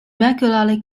regularly